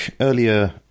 earlier